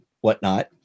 whatnot